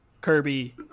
Kirby